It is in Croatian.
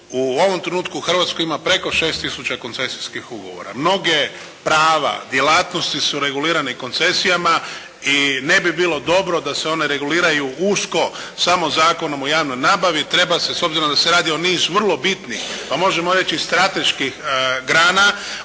u ovom trenutku u Hrvatskoj ima preko 6 tisuća koncesijskih ugovora. Mnoga prava, djelatnosti su regulirani koncesijama i ne bi bilo dobro da se one reguliraju usko samo Zakonom o javnoj nabavi. Treba se s obzirom da se radi o nizu vrlo bitnih, pa možemo reći i strateških grana,